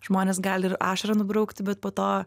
žmonės gal ir ašarą nubraukti bet po to